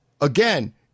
again